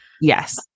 Yes